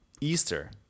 Easter